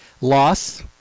loss